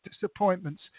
disappointments